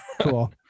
cool